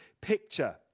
picture